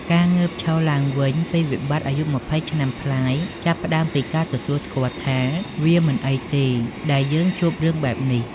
ការងើបឈរឡើងវិញពីវិបត្តិអាយុ២០ឆ្នាំប្លាយ ចាប់ផ្តើមពីការទទួលស្គាល់ថា "វាមិនអីទេ ដែលយើងជួបរឿងបែបនេះ"។